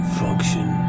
function